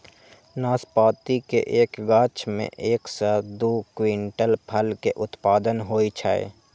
नाशपाती के एक गाछ मे एक सं दू क्विंटल फल के उत्पादन होइ छै